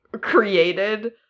created